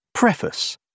Preface